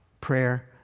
Prayer